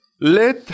let